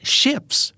ships